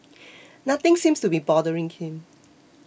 nothing seems to be bothering him